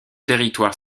territoire